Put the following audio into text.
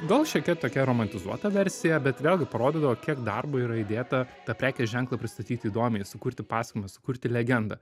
gal šiokia tokia romantizuota versija bet vėlgi parodydavo kiek darbo yra įdėta tą prekės ženklą pristatyt įdomiai sukurti pasakojimą sukurti legendą